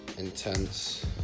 intense